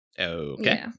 Okay